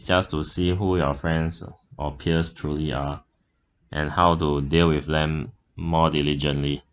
just to see who your friends or peers truly are and how to deal with them more diligently